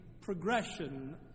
progression